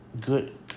good